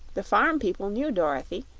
the farm people knew dorothy,